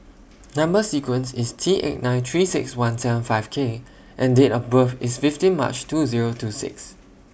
Number sequence IS T eight nine three six one seven five K and Date of birth IS fifteen March two Zero two six